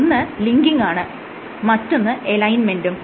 ഒന്ന് ലിങ്കിങാണ് മറ്റൊന്ന് അലൈൻമെന്റും